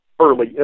early